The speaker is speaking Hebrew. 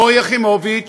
או יחימוביץ,